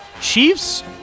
Chiefs